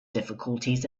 difficulties